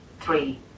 Three